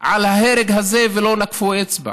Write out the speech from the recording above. על ההרג הזה, ולא נוקפות אצבע.